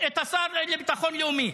את השר לביטחון לאומי.